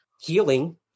healing